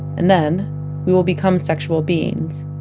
and then we will become sexual beings